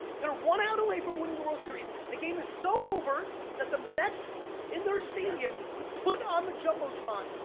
they're one out away from winning the world series! the game is so over that the mets in their stadium put on the jumbo tron,